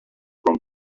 from